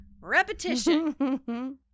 repetition